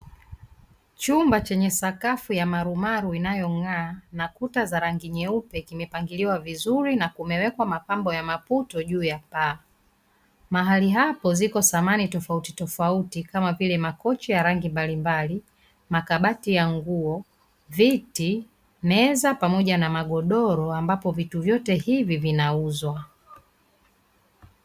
Chumba chenye sakafu ya marumaru inayong'aa na kuta za rangi nyeupe, kimepangiliwa vizuri na kumewekwa mapambo ya maputo juu ya paa. Mahali hapo ziko samani tofautitofauti, kama vile: makochi ya rangi mbalimbali, makabati ya nguo, viti, meza pamoja na magodoro, ambapo vitu vyote hivi vinauzwa.